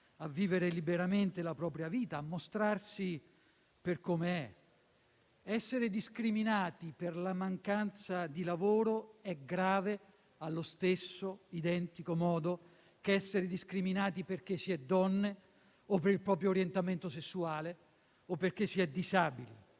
a vivere liberamente la propria vita, a mostrarsi per come è. Essere discriminati per la mancanza di lavoro è grave allo stesso identico modo che essere discriminati perché si è donne o per il proprio orientamento sessuale o perché si è disabili,